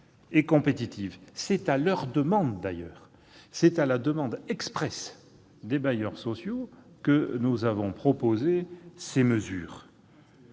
C'est d'ailleurs à la demande expresse des bailleurs sociaux que nous avons proposé ces mesures.